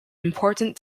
important